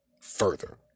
further